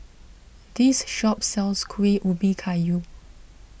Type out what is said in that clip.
this shop sells Kueh Ubi Kayu